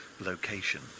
location